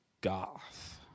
goth